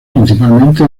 principalmente